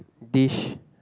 dish